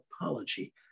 apology